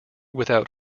without